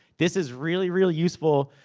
this is really, really useful,